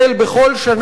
בכל שנה,